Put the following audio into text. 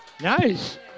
Nice